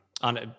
on